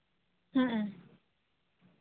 ᱦᱮᱸ